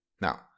Now